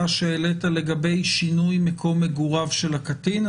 שהעלית לגבי שינוי מקום מגוריו של הקטין?